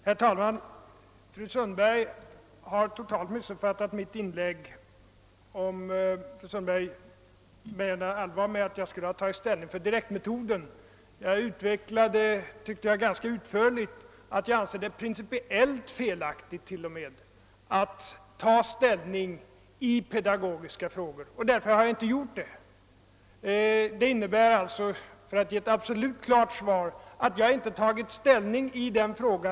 Herr talman! Om fru Sundberg menar allvar med sitt påstående att jag skulle ha tagit ställning för direktmetoden, har hon totalt missuppfattat mitt inlägg. Jag utvecklade ganska utförligt att jag anser det t.o.m. principiellt felaktigt att ta ställning i pedagogiska frågor. Därför har jag inte gjort det. För att ge ett absolut klart svar innebär det att jag inte tagit ställning till denna fråga.